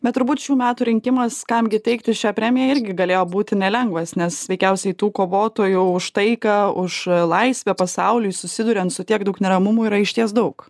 bet turbūt šių metų rinkimas kam gi teikti šią premiją irgi galėjo būti nelengvas nes veikiausiai tų kovotojų už taiką už laisvę pasauliui susiduriant su tiek daug neramumų yra išties daug